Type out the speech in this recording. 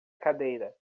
cadeira